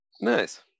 Nice